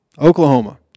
Oklahoma